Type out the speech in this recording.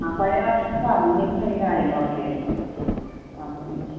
ആ പഴയ വാച്ച്മാൻ പറഞ്ഞിരുന്നു ഈ കാര്യങ്ങളൊക്കെ ആ ഉം